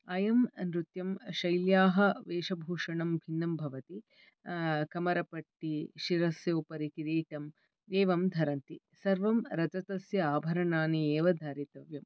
अयं नृत्यं शैल्याः वेशभूषणं भिन्नं भवति कमरपट्टी शिरस्य उपरि किरीटम् एवं धरन्ति सर्वं रजतस्य आभरणानि एव धारितव्यं